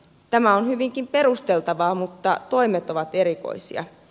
tämä on hyvinkin perusteltavaa mutta toimet ovat erikoisia